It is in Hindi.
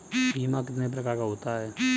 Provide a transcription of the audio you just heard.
बीमा कितने प्रकार का होता है?